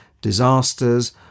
disasters